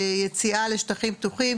יציאה לשטחים פתוחים,